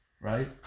right